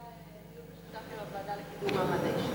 אני מציעה דיון משותף עם הוועדה לקידום מעמד האשה.